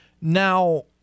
Now